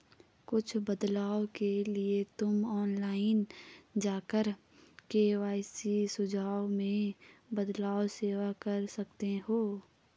कुछ बदलाव के लिए तुम ऑनलाइन जाकर के.वाई.सी सुझाव में बदलाव सेव कर सकते हो